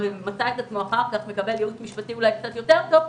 מצא את עצמו אחר כך מקבל ייעוץ משפטי אולי קצת יותר טוב,